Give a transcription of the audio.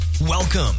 Welcome